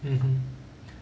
mmhmm